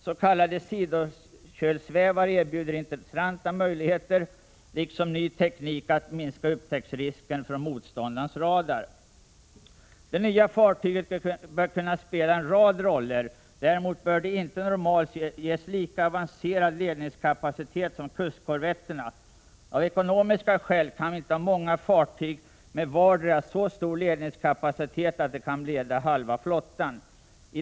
S.k. sidokölssvävare erbjuder intressanta möjligheter liksom ny teknik för att minska risken för upptäckt via motståndarens radar. Det nya fartyget bör kunna spela en rad roller. Däremot bör det inte normalt ges lika avancerad ledningskapacitet som kustkorvetterna. Av ekonomiska skäl kan vi inte ha många fartyg med vartdera så stor ledningskapacitet att de kan leda halva flottan.